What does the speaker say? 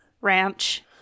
ranch